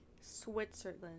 Switzerland